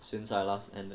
since I last ended